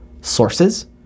sources